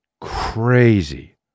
Crazy